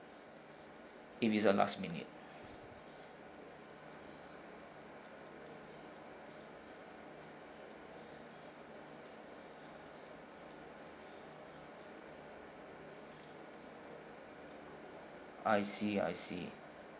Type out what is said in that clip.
if it's a last minute I see I see